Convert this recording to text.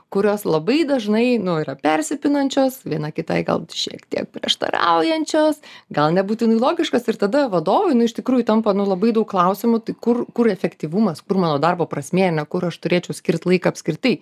kurios labai dažnai nu yra persipinančios viena kitai gal šiek tiek prieštaraujančios gal nebūtinai logiškos ir tada vadovai nu iš tikrųjų tampa labai daug klausimų tai kur kur efektyvumas kur mano darbo prasmė ne kur aš turėčiau skirt laiką apskritai